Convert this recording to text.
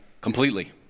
completely